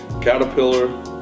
Caterpillar